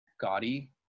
gaudy